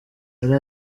yari